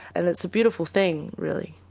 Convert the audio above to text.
and it's a beautiful thing really.